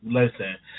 Listen